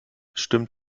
stürmt